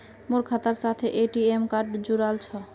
मोर खातार साथे ए.टी.एम कार्ड जुड़ाल छह